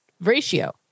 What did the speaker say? ratio